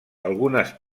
algunes